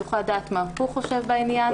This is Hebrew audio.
הוא יוכל לדעת מה הוא חושב בעניין,